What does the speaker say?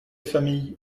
familles